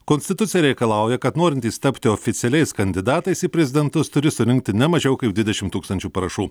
konstitucija reikalauja kad norintys tapti oficialiais kandidatais į prezidentus turi surinkti ne mažiau kaip dvidešim tūkstančių parašų